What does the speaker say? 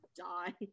die